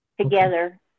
together